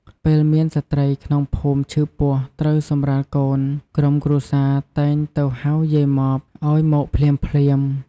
ពេលមានស្ត្រីក្នុងភូមិឈឺពោះត្រូវសម្រាលកូន ក្រុមគ្រួសារតែងទៅហៅយាយម៉បឱ្យមកភ្លាមៗ។